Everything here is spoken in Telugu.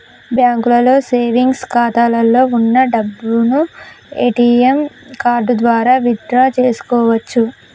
బ్యాంకులో సేవెంగ్స్ ఖాతాలో వున్న డబ్బును ఏటీఎం కార్డు ద్వారా విత్ డ్రా చేసుకోవచ్చు